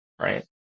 right